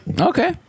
Okay